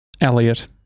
Elliot